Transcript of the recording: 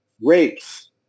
rapes